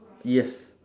yes